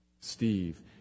Steve